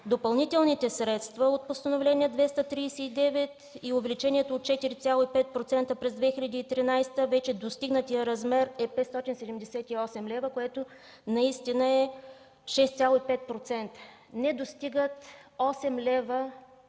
допълнителните средства от Постановление № 239 и увеличението от 4,5% през 2013 г. достигнатият размер е 578 лв., което е 6,5%. Не достигат 8 лв.